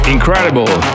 Incredible